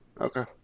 Okay